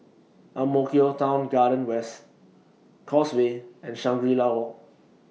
Ang Mo Kio Town Garden West Causeway and Shangri La Walk